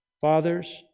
Fathers